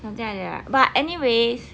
这样子 but anyways